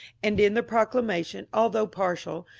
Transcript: and in the proclamation, although partial,